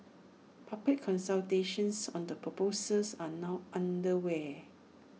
public consultations on the proposals are now underway